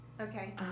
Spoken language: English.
Okay